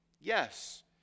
Yes